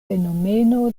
fenomeno